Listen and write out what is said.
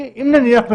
נניח,